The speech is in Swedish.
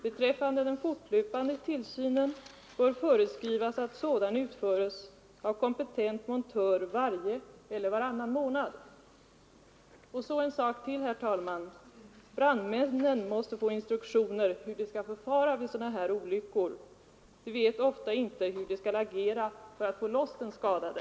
Beträffande den fortlöpande tillsynen bör föreskrivas att sådan utföres av kompetent montör varje eller varannan månad. Så en sak till, herr talman! Brandmännen måste få instruktioner om hur de skall förfara vid sådana här olyckor. De vet ofta inte hur de skall agera för att få loss den skadade.